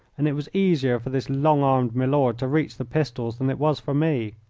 and it was easier for this long-armed milord to reach the pistols than it was for me.